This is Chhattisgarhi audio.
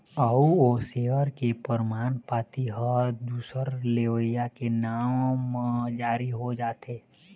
अउ ओ सेयर के परमान पाती ह दूसर लेवइया के नांव म जारी हो जाथे